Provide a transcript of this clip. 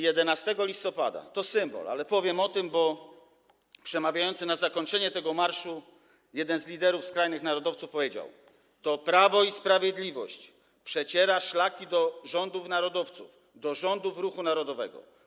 11 listopada - to symbol, ale powiem o tym, bo przemawiający na zakończenie tego marszu jeden z liderów skrajnych narodowców powiedział: To Prawo i Sprawiedliwość przeciera szlaki do rządów narodowców, do rządów Ruchu Narodowego.